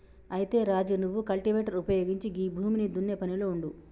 అయితే రాజు నువ్వు కల్టివేటర్ ఉపయోగించి గీ భూమిని దున్నే పనిలో ఉండు